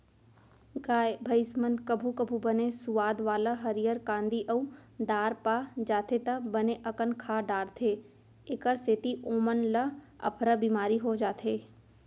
गाय भईंस मन कभू कभू बने सुवाद वाला हरियर कांदी अउ दार पा जाथें त बने अकन खा डारथें एकर सेती ओमन ल अफरा बिमारी हो जाथे